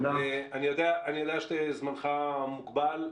יודע שזמנך מוגבל,